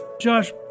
Josh